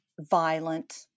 violent